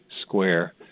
square